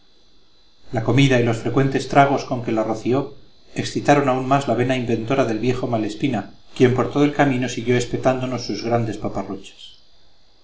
la comida y los frecuentes tragos con que la roció excitaron más aún la vena inventora del viejo malespina quien por todo el camino siguió espetándonos sus grandes